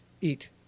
eat